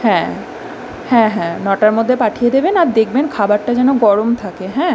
হ্যাঁ হ্যাঁ হ্যাঁ নটার মধ্যে পাঠিয়ে দেবেন আর দেখবেন খাবারটা যেন গরম থাকে হ্যাঁ